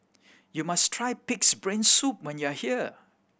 you must try Pig's Brain Soup when you are here